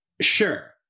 sure